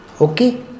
Okay